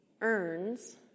earns